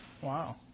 Wow